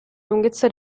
lunghezza